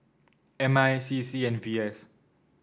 M I C C and V S